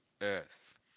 earth